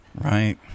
Right